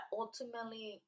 ultimately